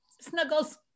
Snuggles